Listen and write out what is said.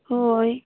ᱦᱳᱭ